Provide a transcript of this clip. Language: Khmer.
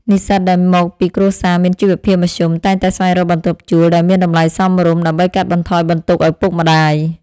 និស្សិតដែលមកពីគ្រួសារមានជីវភាពមធ្យមតែងតែស្វែងរកបន្ទប់ជួលដែលមានតម្លៃសមរម្យ ដើម្បីកាត់បន្ថយបន្ទុកឪពុកម្តាយ។